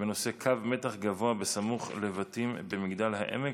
בנושא: קו מתח גבוה סמוך לבתים במגדל העמק